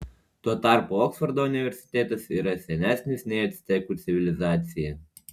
tuo tarpu oksfordo universitetas yra senesnis nei actekų civilizacija